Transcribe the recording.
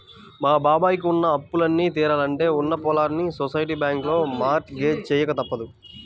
మా బాబాయ్ కి ఉన్న అప్పులన్నీ తీరాలంటే ఉన్న పొలాల్ని సొసైటీ బ్యాంకులో మార్ట్ గేజ్ చెయ్యక తప్పదు